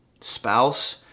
Spouse